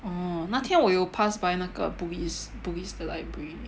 oh 那天我有 pass by 那个 Bugis Bugis 的 library